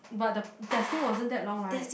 but the testing wasn't that long right